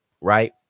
right